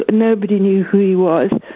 ah nobody knew who he was,